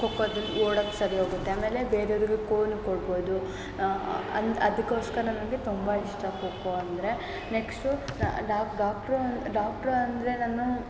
ಖೋಖೋದಲ್ಲಿ ಓಡೋಕ್ ಸರಿ ಹೋಗುತ್ತೆ ಆಮೇಲೆ ಬೇರೆಯವ್ರಿಗೂ ಖೋನೂ ಕೊಡ್ಬೋದು ಅದು ಅದಕ್ಕೋಸ್ಕರ ನಂಗೆ ತುಂಬ ಇಷ್ಟ ಖೋಖೋ ಅಂದರೆ ನೆಕ್ಷ್ಟು ಡಾಕ್ಟ್ರು ಅದು ಡಾಕ್ಟ್ರು ಅಂದರೆ ನಾನು